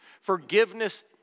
Forgiveness